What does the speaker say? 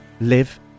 live